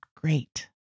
great